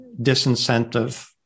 disincentive